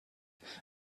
and